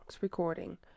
recording